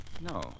no